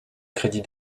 crédit